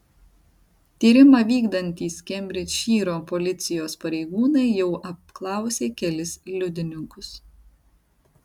tyrimą vykdantys kembridžšyro policijos pareigūnai jau apklausė kelis liudininkus